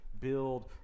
build